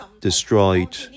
destroyed